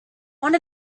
one